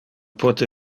pote